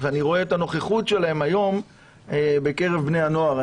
ואני רואה את הנוכחות שלהם היום בקרב בני הנוער.